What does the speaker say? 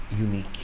unique